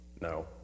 no